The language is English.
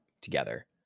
together